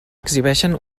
exhibeixen